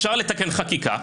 אפשר לתקן חקיקה.